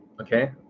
okay